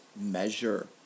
measure